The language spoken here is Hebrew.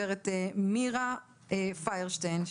זו הגברת מירה פיירשטיין,